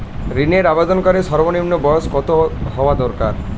ঋণের আবেদনকারী সর্বনিন্ম বয়স কতো হওয়া দরকার?